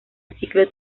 ciclo